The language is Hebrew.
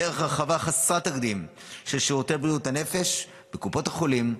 דרך הרחבה חסרת תקדים של שירותי בריאות הנפש בקופות החולים,